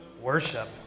worship